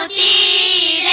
ah e